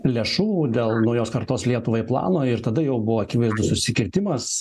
lėšų dėl naujos kartos lietuvai plano ir tada jau buvo akivaizdus susikirtimas